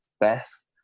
Beth